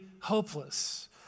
hopeless